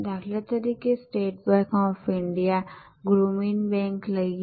દાખલા તરીકે state bank of India અને ગ્ર્રમીન બેંક લઈએ